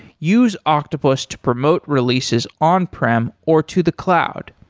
use octopus to promote releases on prem or to the cloud.